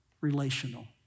relational